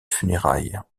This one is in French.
funérailles